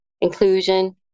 inclusion